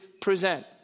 present